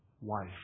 wife